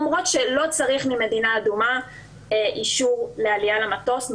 אומרות שלא צריך ממדינה אדומה אישור לעלייה למטוס.